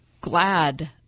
glad